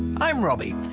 i'm robbie.